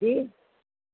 जी